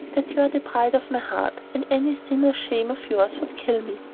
that you are the pride of my heart, and any sin or shame of yours would kill me.